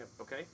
okay